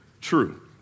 true